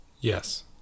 Yes